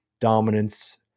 dominance